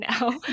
now